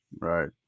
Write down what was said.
Right